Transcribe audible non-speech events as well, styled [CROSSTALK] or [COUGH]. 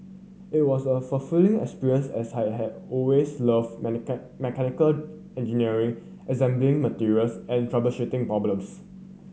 it was a fulfilling experience as I had always loved [UNINTELLIGIBLE] mechanical engineering assembling materials and troubleshooting problems